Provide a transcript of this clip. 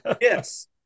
Yes